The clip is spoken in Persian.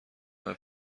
همه